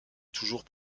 toujours